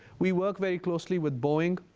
we work very closely with boeing.